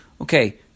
Okay